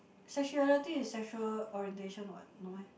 sexuality is sexual orientation what no meh